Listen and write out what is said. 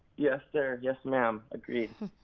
yes sir, yes ma'am, agreed.